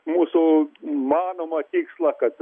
mūsų manomą tikslą kad